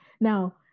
Now